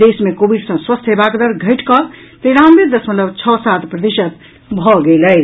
देश मे कोविड सँ स्वस्थ हेबाक दर घटिकऽ तेरानवे दशमलव छओ सात प्रतिशत भऽ गेल अछि